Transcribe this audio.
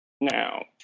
Now